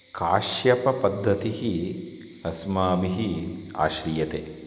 काश्यपद्धतिः अस्माभिः आश्रीयते